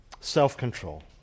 Self-control